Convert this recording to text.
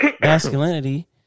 masculinity